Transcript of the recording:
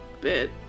bit